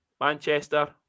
Manchester